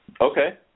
Okay